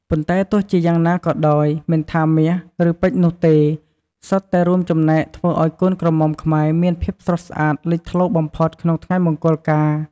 ប៉ុន្តែទោះជាយ៉ាងណាក៏ដោយ មិនថាមាស ឬពេជ្រនោះទេ សុទ្ធតែរួមចំណែកធ្វើឱ្យកូនក្រមុំខ្មែរមានភាពស្រស់ស្អាតលេចធ្លោបំផុតក្នុងថ្ងៃមង្គលការ។